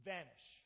Vanish